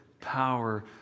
power